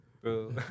Bro